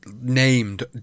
named